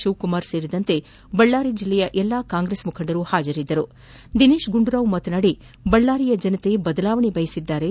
ಶಿವಕುಮಾರ್ ಸೇರಿದಂತೆ ಬಳ್ಳಾರಿ ಜಿಲ್ಲೆಯ ಎಲ್ಲ ಕಾಂಗ್ರೆಸ್ ಮುಖಂಡರು ಪಾಜರಿದ್ದರು ದಿನೇಶ್ ಗಂಡೂರಾವ್ ಮಾತನಾಡಿ ಬಳ್ಳಾರಿ ಜನತೆ ಬದಲಾವಣೆ ಬಯಸಿದ್ದಾರೆ